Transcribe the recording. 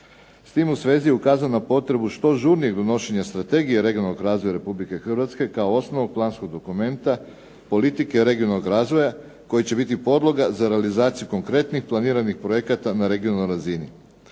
S tim u svezi ukazano je na potrebu što žurnije donošenje Strategije regionalnog razvoja Republike Hrvatske kao osnovnog planskog dokumenta politike regionalnog razvoja koja će biti podloga za realizaciju konkretnih planiranih projekata na regionalnoj razini.